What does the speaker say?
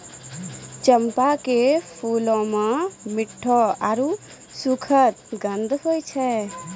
चंपा के फूलो मे मिठ्ठो आरु सुखद गंध होय छै